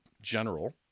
general